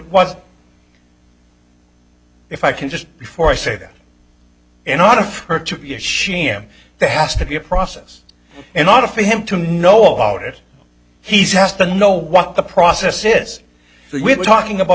was if i can just before i say that in order for her to be a sham there has to be a process in order for him to know about it he has to know what the process is we're talking about